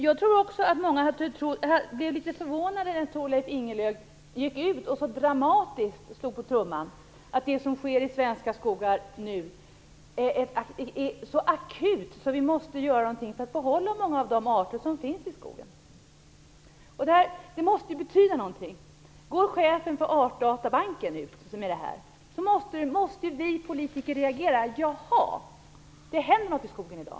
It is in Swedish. Jag blev litet förvånad när Thorleif Ingelöf gick ut och så dramatiskt slog på trumman för att det som nu sker i svenska skogar är så akut att vi måste göra något för att behålla många av de arter som finns i skogen. Det måste betyda något. Om chefen för Artdatabanken går ut på detta sätt, måste vi politiker reagera på att något händer i skogen i dag.